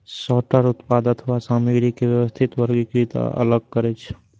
sorter उत्पाद अथवा सामग्री के व्यवस्थित, वर्गीकृत आ अलग करै छै